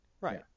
right